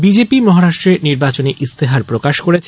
BJP মহারাষ্ট্রে নির্বাচনী ইস্তেহার প্রকাশ করেছে